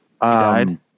Died